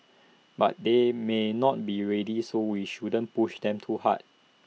but they may not be ready so we shouldn't push them too hard